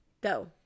Go